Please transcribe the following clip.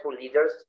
leaders